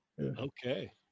okay